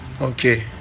okay